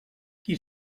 qui